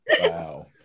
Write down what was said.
wow